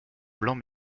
blanc